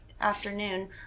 afternoon